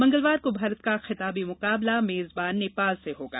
मंगलवार को भारत का खिताबी मुकाबला मेजबान नेपाल से होगा